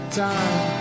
time